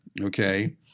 Okay